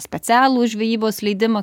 specialų žvejybos leidimą